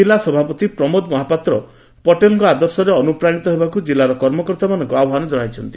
ଜିଲ୍ଲା ସଭାପତି ପ୍ରମୋଦ ମହାପାତ୍ର ପଟେଲ୍ ଆଦର୍ଶରେ ଅନୁପ୍ରାଶିତ ହେବାକୁ ଜିଲ୍ଲା କର୍ମକର୍ତ୍ତାଙ୍କୁ ଆହ୍ୱାନ ଜଣାଇଛନ୍ତି